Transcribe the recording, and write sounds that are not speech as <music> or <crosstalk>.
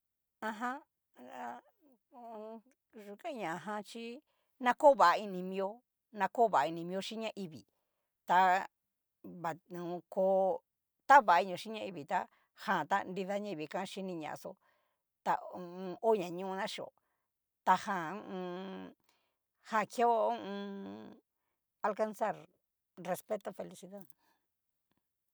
Ajan nra hu u un. yu kain ña ajan chí <hesitation> na ko va inimio, nakovaini mio mchín ñaivii, ta va kó tavainio xhín ñaivii tá jan ta nida ñaivii kan xhini ñaxó a ho o on. ho ñañoná xhió, ta jan hu u un. jan keo hu u un. alcalzar respeto felicidad.